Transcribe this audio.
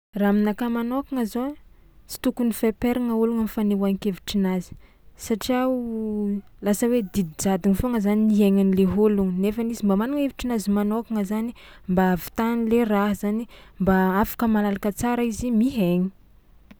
Raha aminakahy manôkagna zao tsy tokony feperagna ologno am'fanehoan-kevitrinazy satria o lasa hoe didy jadono foagna zany ny iaignan'le ôlogno nefany izy mba managna hevitrinazy manôkagna zany mba hahavitany le raha zany mba afaka magnaraka tsara izy mihaigny.